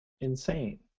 insane